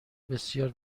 بسیار